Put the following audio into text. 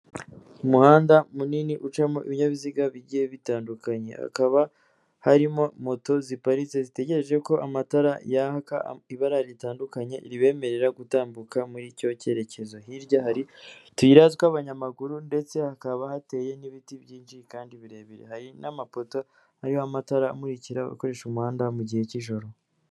Umuhanda munini ucamo ibinyabiziga bigiye bitandukanye, hakaba harimo moto ziparitse zitegerejeko amatara yaka ibara ritandukanye ribemerera gutambuka muri icyo cyerekezo. Hirya hari utuyira tw'abanyamaguru ndetse hakaba hateye n'ibiti byinshi kandi birebire, hari n'amapoto ariho amatara amurikira abakoresha umuhanda mu gihe cy'ijoro.